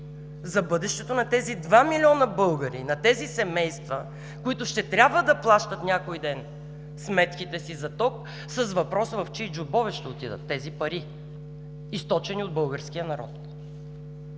за бъдещето на тези два милиона българи, на тези семейства, които ще трябва да плащат някой ден сметките си за ток с въпроса: в чии джобове ще отидат тези пари, източени от българския народ?